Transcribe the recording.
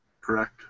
Correct